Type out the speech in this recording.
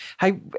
hey